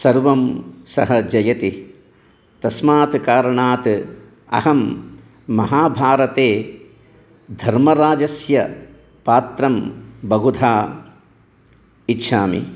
सर्वं सः जयति तस्मात् कारणात् अहं महाभारते धर्मराजस्य पात्रं बहुधा इच्छामि